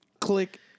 click